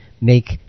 Make